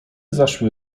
zaszły